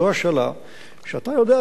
זו השאלה שאתה יודע,